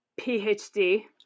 phd